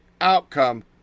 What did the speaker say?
outcome